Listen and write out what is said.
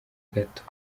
gato